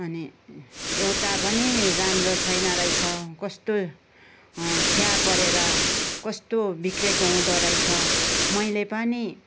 अनि एउटा पनि राम्रो छैन रहेछ कस्तो खिया परेर कस्तो बिग्रेको हुँदोरहेछ मैले पनि